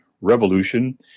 revolution